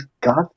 God